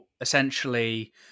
essentially